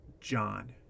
John